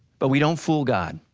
but we don't fool god.